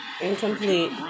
Incomplete